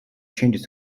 changed